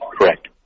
Correct